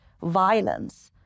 violence